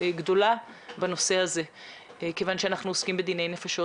גדולה בנושא הזה כיוון שאנחנו עוסקים בדיני נפשות.